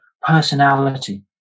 personality